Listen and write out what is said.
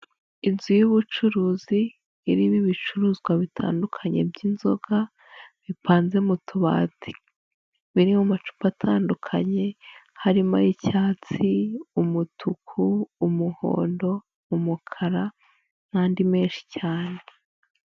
Inzu y'ubucuruzi iririmo ibicuruzwa bitandukanye by'inzoga bipanze mu tubati, biri mu macupa atandukanye, harimo: ay'icyatsi, umutuku, umuhondo, umukara n'andi menshi cyane.